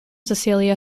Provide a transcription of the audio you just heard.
cecilia